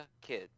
Kid